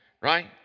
Right